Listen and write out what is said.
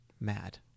mad